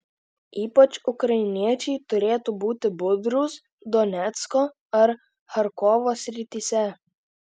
ypač ukrainiečiai turėtų būti budrūs donecko ar charkovo srityse